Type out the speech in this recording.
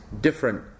different